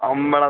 അമ്പളം